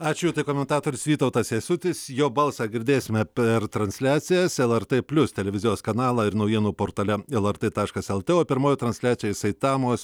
ačiū komentatorius vytautas jasutis jo balsą girdėsime per transliacijas el er tė plius televizijos kanalą ir naujienų portale el er tė taškas el tė o pirmoji transliacija iš saitamos